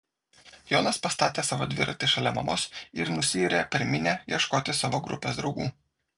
jonas pastatė savo dviratį šalia mamos ir nusiyrė per minią ieškoti savo grupės draugų